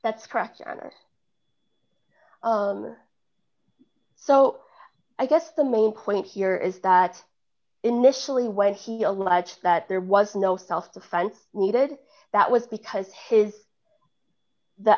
that's correct your honor so i guess the main point here is that initially when he alleged that there was no self defense needed that was because his the